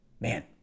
Man